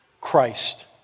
Christ